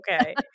okay